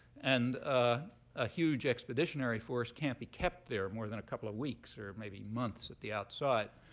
and ah a huge expeditionary force can't be kept there more than a couple of weeks, or maybe months at the outside.